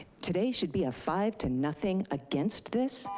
today should be a five to nothing against this,